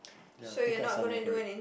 ya thinking of signing up for it